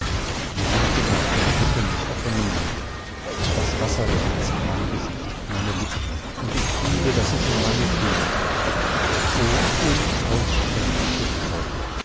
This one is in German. wir liegen auf dem rücken mit offenem munde das wasser benetzt mein gesicht meine lippen und ich fühle daß es in meine kehle dringt o unaussprechliche freude